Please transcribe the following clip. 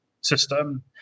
system